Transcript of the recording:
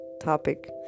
topic